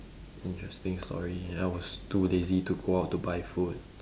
interesting story I was too lazy to go out to buy food